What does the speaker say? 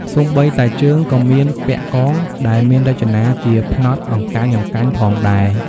សូម្បីតែជើងក៏មានពាក់កង ដែលមានរចនាជាផ្នត់អង្កាញ់ៗផងដែរ។